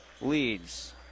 leads